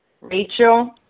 Rachel